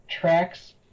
tracks